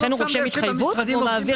לכן הוא רושם התחייבות ומעביר.